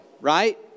right